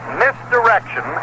misdirection